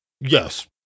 Yes